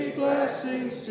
blessings